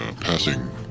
passing